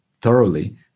thoroughly